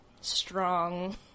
Strong